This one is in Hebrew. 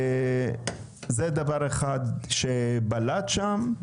ובלט שם.